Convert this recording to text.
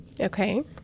Okay